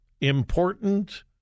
important